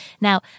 Now